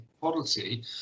quality